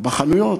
בחנויות.